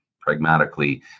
pragmatically